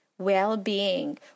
well-being